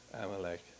Amalek